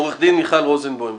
עורכת דין מיכל רוזנבוים בבקשה.